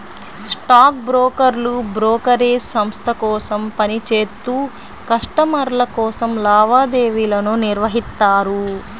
stock బ్రోకర్లు brokerage సంస్థ కోసం పని చేత్తూ కస్టమర్ల కోసం లావాదేవీలను నిర్వహిత్తారు